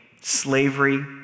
Slavery